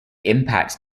impact